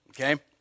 Okay